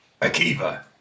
Akiva